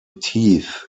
teeth